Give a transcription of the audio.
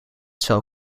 sell